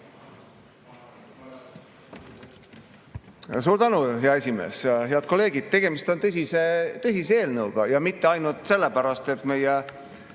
Suur tänu, hea esimees! Head kolleegid! Tegemist on tõsise eelnõuga ja mitte ainult sellepärast, et meie